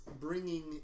bringing